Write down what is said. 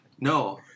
no